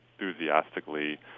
enthusiastically